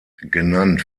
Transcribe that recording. genannt